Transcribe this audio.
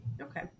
Okay